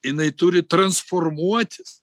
jinai turi transformuotis